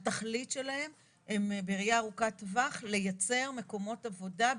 התכלית שלהם הם בראייה ארוכת טווח לייצר מקומות עבודה,